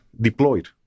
deployed